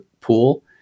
pool